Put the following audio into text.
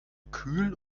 kühl